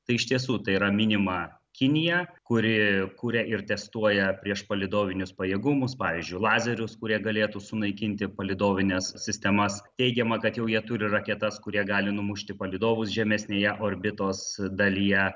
tai iš tiesų tai yra minima kinija kuri kuria ir testuoja priešpalydovinius pajėgumus pavyzdžiui lazerius kurie galėtų sunaikinti palydovines sistemas teigiama kad jau jie turi raketas kurie gali numušti palydovus žemesnėje orbitos dalyje